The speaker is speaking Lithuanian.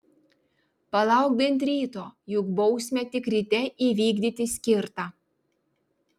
palauk bent ryto juk bausmę tik ryte įvykdyti skirta